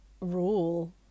rule